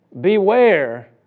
beware